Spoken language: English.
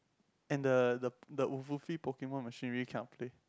and the the the Pokemon machine really cannot play